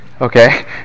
Okay